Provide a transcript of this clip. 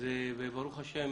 ברוך השם